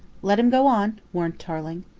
let him go on, warned tarling.